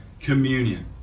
communion